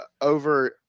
over